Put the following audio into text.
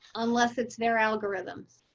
unless it's their algorithms.